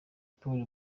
polly